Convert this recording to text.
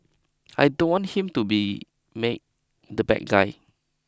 I don't want him to be made the bad guy